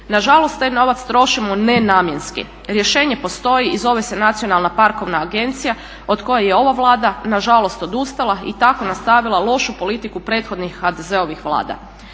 Na žalost taj novac trošimo nenamjenski. Rješenje postoji i zove se nacionalna parkovna agencija od koje je ova Vlada na žalost odustala i tako nastavila lošu politiku prethodnih HDZ-ovih Vlada.